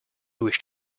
wish